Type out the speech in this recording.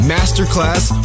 Masterclass